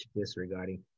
disregarding